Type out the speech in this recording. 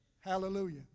hallelujah